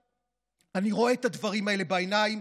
אני רואה את הדברים האלה בעיניים,